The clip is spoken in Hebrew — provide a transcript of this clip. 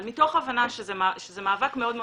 אבל מתוך הבנה שזה מאבק מאוד קשה,